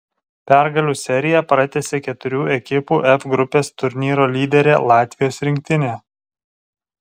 pergalių seriją pratęsė keturių ekipų f grupės turnyro lyderė latvijos rinktinė